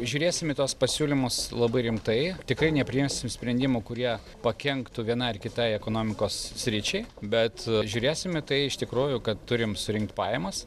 žiūrėsim į tuos pasiūlymus labai rimtai tikrai nepriimsim sprendimų kurie pakenktų vienai ar kitai ekonomikos sričiai bet žiūrėsim į tai iš tikrųjų kad turim surinkt pajamas